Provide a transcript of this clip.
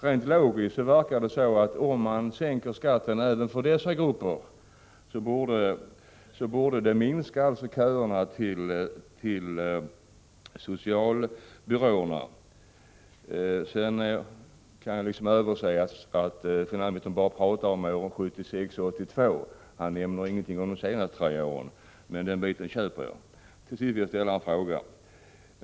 Rent logiskt verkar det så att om man sänker skatten även för dessa grupper, så bör köerna till socialbyråerna minska. Sedan kan jag överse med att finansministern bara pratar om åren 1976—1982 och inte nämner någonting om de senaste tre åren. Den biten köper jag. Till sist vill jag ställa en fråga.